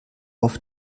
auf